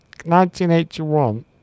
1981